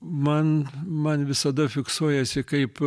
man man visada fiksuojasi kaip